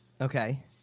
Okay